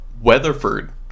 Weatherford